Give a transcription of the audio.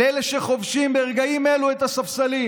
לאלה שחובשים ברגעים אלו את הספסלים